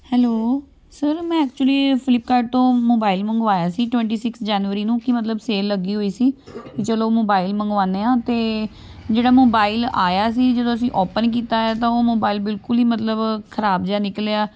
hello sir ਮੈਂ actually Flipkart ਤੋਂ mobile ਮੰਗਵਾਇਆ ਸੀ ਟਵੈਂਟੀ ਸਿਕਸ ਜਨਵਰੀ ਨੂੰ ਕਿ ਮਤਲਬ ਸੇਲ ਲੱਗੀ ਹੋਈ ਸੀ ਚਲੋ ਮੋਬਾਈਲ ਮੰਗਵਾਉਂਦੇ ਹਾਂ ਅਤੇ ਜਿਹੜਾ ਮੋਬਾਈਲ ਆਇਆ ਸੀ ਜਦੋਂ ਅਸੀਂ ਓਪਨ ਕੀਤਾ ਹੈ ਤਾਂ ਉਹ ਮੋਬਾਈਲ ਬਿਲਕੁਲ ਹੀ ਮਤਲਬ ਖਰਾਬ ਜਿਹਾ ਨਿਕਲਿਆ